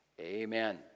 Amen